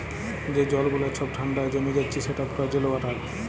যে জল গুলা ছব ঠাল্ডায় জমে যাচ্ছে সেট ফ্রজেল ওয়াটার